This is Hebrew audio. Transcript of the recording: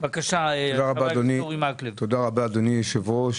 תודה רבה אדוני היושב ראש.